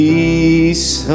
Peace